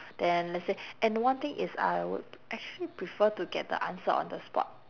then let's say and one thing is I would actually prefer to get the answer on the spot